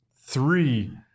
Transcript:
three –